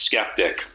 skeptic